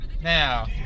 Now